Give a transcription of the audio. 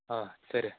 ಹಾಂ ಸರಿ